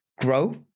grow